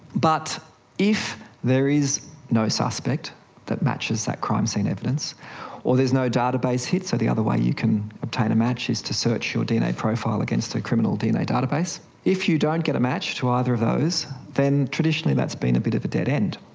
but if there is no suspect that matches that crime scene evidence or there is no database hit, so the other way you can obtain a match is to search your dna profile against a criminal dna database. if you don't get a match to either of those, then traditionally that has been a bit of a dead end.